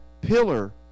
pillar